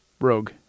Rogue